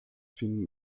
finn